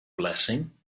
blessing